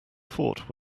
fort